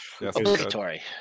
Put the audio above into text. Obligatory